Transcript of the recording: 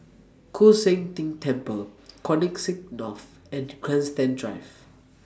Koon Seng Ting Temple Connexis North and Grandstand Drive